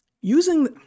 Using